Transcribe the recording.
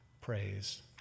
praise